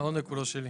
העונג כולו שלי.